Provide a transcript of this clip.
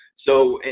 so, and